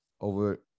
over